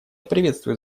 приветствует